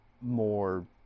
more